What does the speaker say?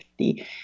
50